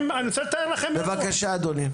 בבקשה, אדוני.